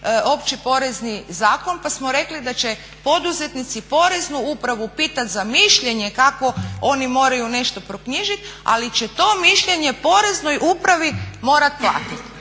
Opći porezni zakon pa smo rekli da će poduzetnici poreznu upravu pitati za mišljenje kako oni moraju nešto proknjižit ali će to mišljenje poreznoj upravi morati platiti.